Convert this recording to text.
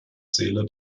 seele